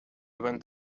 went